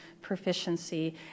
proficiency